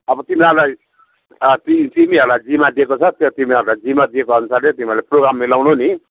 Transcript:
अब तिनीहरूलाई तिमीहरूलाई जिम्मा दिएको छ त्यो तिमीहरूलाई जिम्मा दिएको अनुसारले तिमीहरूले प्रोग्राम मिलाउनु नि